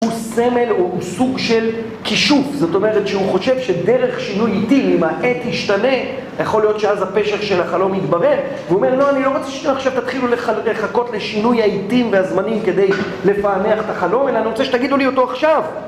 הוא סמל או הוא סוג של כישוף, זאת אומרת שהוא חושב שדרך שינוי עתים, אם העת השתנה, יכול להיות שאז הפשר של החלום יתברר, והוא אומר, לא, אני לא רוצה שאתם עכשיו תתחילו לחכות לשינוי העתים והזמנים כדי לפענח את החלום, אלא אני רוצה שתגידו לי אותו עכשיו.